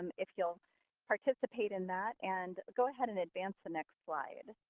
um if you'll participate in that. and go ahead and advance the next slide.